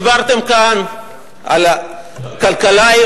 דיברתם כאן על הכלכלה,